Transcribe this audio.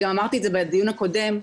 אמרתי את זה גם בדיון הקודם.